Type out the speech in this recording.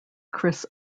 criss